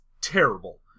terrible